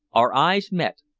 our eyes met,